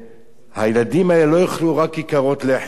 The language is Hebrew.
ושהילדים האלה לא יאכלו רק כיכרות לחם.